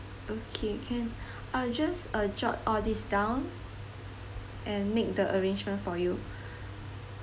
okay can I'll just uh jot all this down and make the arrangement for you